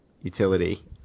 utility